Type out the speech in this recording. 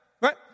Right